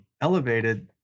elevated